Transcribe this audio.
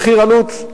מחיר העלות.